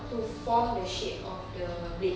to form the shape of the blade